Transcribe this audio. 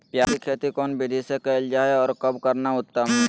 प्याज के खेती कौन विधि से कैल जा है, और कब करना उत्तम है?